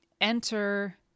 enter